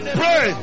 pray